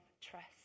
trust